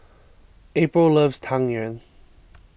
April loves Tang Yuen